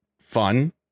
fun